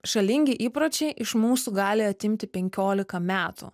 žalingi įpročiai iš mūsų gali atimti penkiolika metų